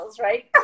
right